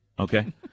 Okay